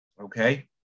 okay